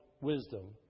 wisdom